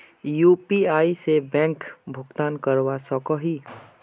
UPI से bank भुगतान करवा सकोहो ही?